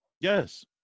Yes